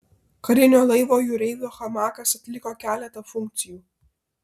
karinio laivo jūreivio hamakas atliko keletą funkcijų